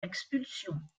expulsion